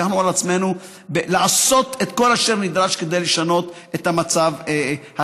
לקחנו על עצמנו לעשות את כל אשר נדרש כדי לשנות את המצב הקיים,